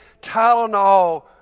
Tylenol